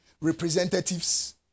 representatives